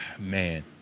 man